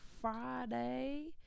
Friday